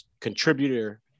contributor